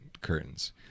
curtains